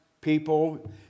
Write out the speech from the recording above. people